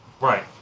right